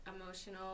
emotional